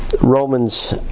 Romans